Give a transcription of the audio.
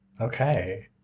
okay